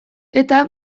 eta